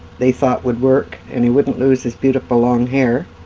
they thought would work and he wouldn't loose his beautiful long hair.